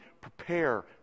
prepare